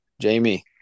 Jamie